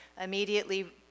immediately